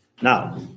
Now